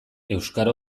euskara